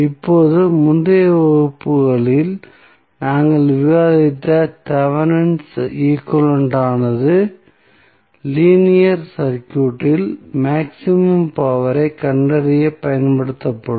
இப்போது முந்தைய வகுப்புகளில் நாங்கள் விவாதித்த தெவெனின் ஈக்வலன்ட் ஆனது லீனியர் சர்க்யூட்டில் மேக்ஸிமம் பவர் ஐக் கண்டறியப் பயன்படுத்தப்படும்